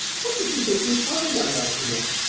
what does she think refined, i'd like to know?